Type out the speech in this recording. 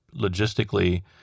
logistically